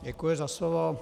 Děkuji za slovo.